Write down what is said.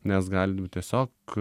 nes galim tiesiog